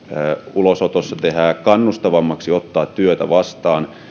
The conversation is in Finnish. ulosotossa tehdään kannustavammaksi ottaa työtä vastaan